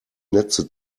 netze